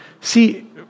See